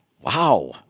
Wow